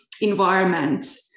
environment